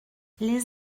les